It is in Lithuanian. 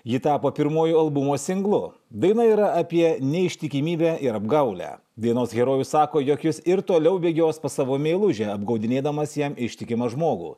ji tapo pirmuoju albumo singlu daina yra apie neištikimybę ir apgaulę dainos herojus sako jog jis ir toliau bėgios pas savo meilužę apgaudinėdamas jam ištikimą žmogų